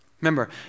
Remember